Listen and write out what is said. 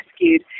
rescued